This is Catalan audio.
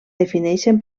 defineixen